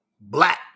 Black